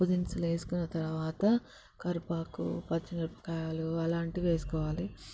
పప్పు దినుసులు వేసుకున్న తర్వాత కరివేపాకు పచ్చిమిరపకాయలు అలాంటి వేసుకోవాలి